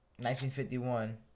1951